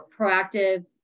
proactive